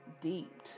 deep